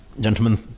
Gentlemen